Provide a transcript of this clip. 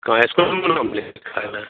कहाँ इस्कूल में नाम लिखाए हुए हैं